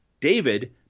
David